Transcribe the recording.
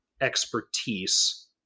expertise